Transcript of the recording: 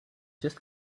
just